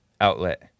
outlet